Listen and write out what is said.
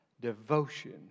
devotion